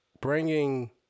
bringing